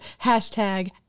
hashtag